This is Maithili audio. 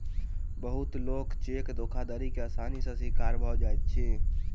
बहुत लोक चेक धोखाधड़ी के आसानी सॅ शिकार भ जाइत अछि